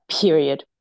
period